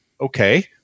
okay